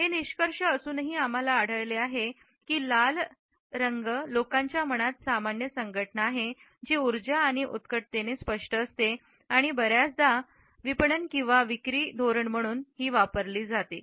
हे निष्कर्ष असूनही आम्हाला आढळले आहे की लाल लोकांच्या मनात सामान्य संघटना आहेत जी ऊर्जा आणि उत्कटतेने स्पष्ट असते आणि बर्याचदा विपणन धोरण म्हणून वापरली जाते